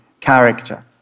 character